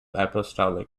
apostolic